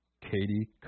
Katie